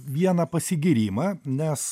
vieną pasigyrimą nes